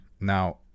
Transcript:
Now